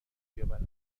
بیاورند